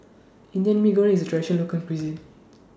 Indian Mee Goreng IS Traditional Local Cuisine